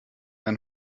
ein